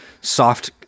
soft